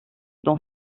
dans